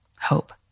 hope